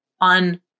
on